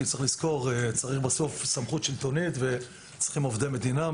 צריך לזכור שבסוף צריך סמכות שלטונית וצריכים עובדי מדינה.